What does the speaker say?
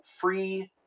free